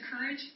courage